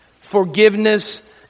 forgiveness